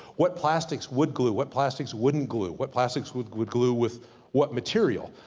what plastics would glue, what plastics wouldn't glue. what plastics would glue would glue with what material.